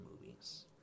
movies